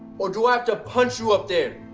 or do i have to punch you up there?